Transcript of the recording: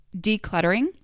decluttering